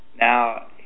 Now